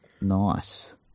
Nice